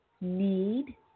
need